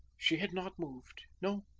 she had not moved, no,